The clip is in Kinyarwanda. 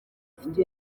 bafite